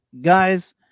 Guys